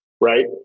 right